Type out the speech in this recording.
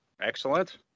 excellent